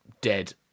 dead